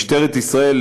משטרת ישראל,